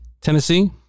Tennessee